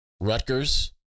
Rutgers